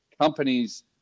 companies